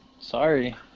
Sorry